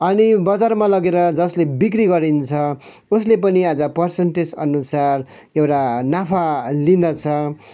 अनि बजारमा लगेर जसले बिक्री गरिन्छ उसले पनि आज पर्सनटेज अनुसार एउटा नाफा लिँदछ